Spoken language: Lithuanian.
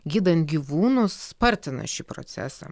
gydant gyvūnus spartina šį procesą